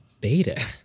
beta